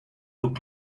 look